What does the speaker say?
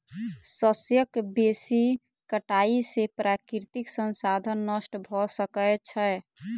शस्यक बेसी कटाई से प्राकृतिक संसाधन नष्ट भ सकै छै